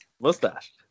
Mustache